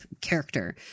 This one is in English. character